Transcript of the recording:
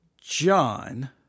John